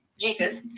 Jesus